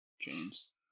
james